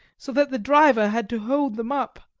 so that the driver had to hold them up.